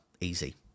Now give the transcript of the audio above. Easy